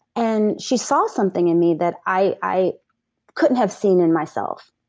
and she saw something in me that i couldn't have seen in myself.